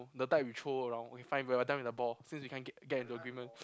the type you throw around okay fine we are done with the ball since we can't get get into agreement